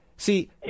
See